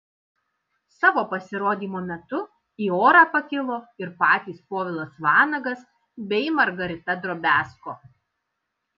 savo pasirodymo metu į orą pakilo ir patys povilas vanagas bei margarita drobiazko